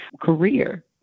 career